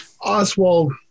Oswald